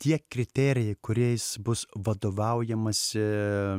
tie kriterijai kuriais bus vadovaujamasi